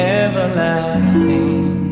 everlasting